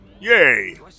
Yay